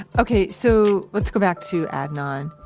ok. so, let's go back to adnan.